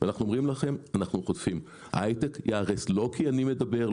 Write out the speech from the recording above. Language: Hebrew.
אנחנו אומרים לכם ש-היי-טק ייהרס לא כי אני מדבר,